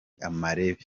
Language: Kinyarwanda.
amarebe